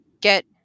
get